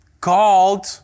called